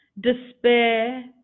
despair